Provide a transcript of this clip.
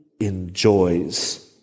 enjoys